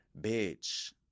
Bitch